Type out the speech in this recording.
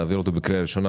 נעביר אותו בקריאה ראשונה,